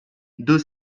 deux